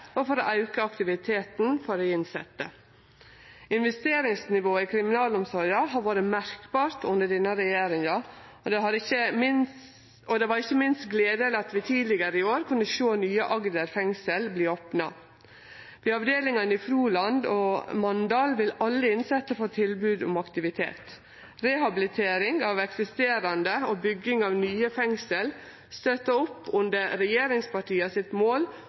og helsetilbodet, og for å auke aktiviteten for dei innsette. Investeringsnivået i kriminalomsorga har vore merkbart under denne regjeringa, og det var ikkje minst gledeleg at vi tidlegare i år kunne sjå nye Agder fengsel verte opna. Ved avdelingane i Froland og Mandal vil alle innsette få tilbod om aktivitet. Rehabilitering av eksisterande fengsel og bygging av nye støttar opp under regjeringspartia sitt mål